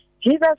Jesus